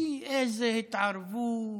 איזו התערבות,